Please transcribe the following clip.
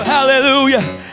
Hallelujah